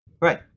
Right